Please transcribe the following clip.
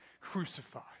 crucified